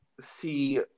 see